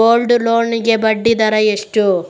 Gold loan ಗೆ ಬಡ್ಡಿ ದರ ಎಷ್ಟು?